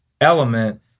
element